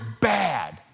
bad